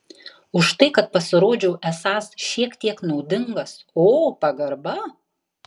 už tai kad pasirodžiau esąs šiek tiek naudingas o pagarba